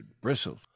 bristled